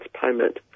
payment